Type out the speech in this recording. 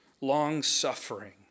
long-suffering